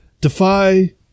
Defy